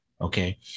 Okay